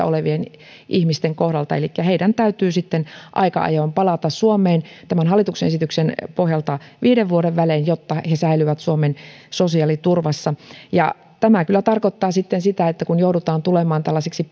olevien ihmisten kohdalla elikkä heidän täytyy sitten aika ajoin palata suomeen tämän hallituksen esityksen pohjalta viiden vuoden välein jotta he he säilyvät suomen sosiaaliturvassa tämä kyllä tarkoittaa sitten kun joudutaan tulemaan tällaiseksi